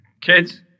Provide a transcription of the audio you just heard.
Kids